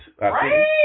Right